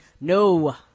No